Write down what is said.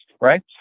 right